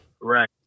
Right